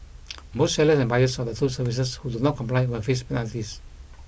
both sellers and buyers of the two services who do not comply will face penalties